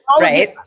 right